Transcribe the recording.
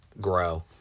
grow